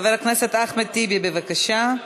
חבר הכנסת אחמד טיבי, בבקשה.